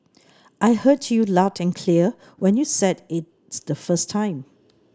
I heard you loud and clear when you said it the first time